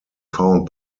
found